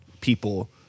people